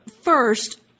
first